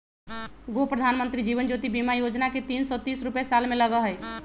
गो प्रधानमंत्री जीवन ज्योति बीमा योजना है तीन सौ तीस रुपए साल में लगहई?